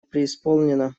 преисполнена